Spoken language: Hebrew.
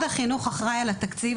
משרד החינוך אחראי על התקציב.